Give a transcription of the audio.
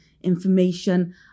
information